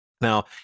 now